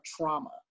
trauma